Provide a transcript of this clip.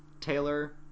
Taylor